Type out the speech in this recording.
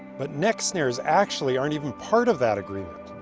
but neck snares actually aren't even part of that agreement,